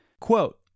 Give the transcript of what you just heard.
Quote